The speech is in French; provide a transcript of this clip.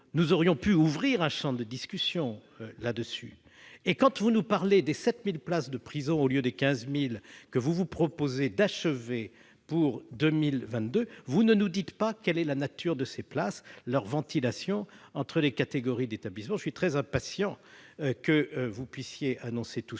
Nous aurions pu ouvrir un champ de discussion là-dessus. Et quand vous nous parlez des 7 000 places de prison au lieu des 15 000 que vous vous proposez d'achever pour 2022, madame la garde des sceaux, vous ne nous dites pas quelle est la nature de ces places ni leur ventilation entre les catégories d'établissements. J'attends avec impatience vos annonces sur tout cela.